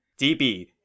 DB